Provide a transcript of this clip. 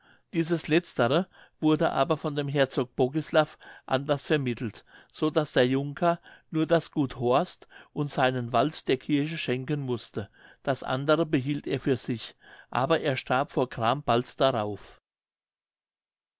dieses letztere wurde aber von dem herzog bogislav anders vermittelt so daß der junker nur das gut horst und seinen wald der kirche schenken mußte das andere behielt er für sich aber er starb vor gram bald darauf